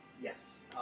Yes